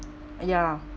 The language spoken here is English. ya